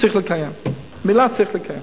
צריך לקיים, מלה צריך לקיים,